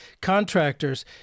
contractors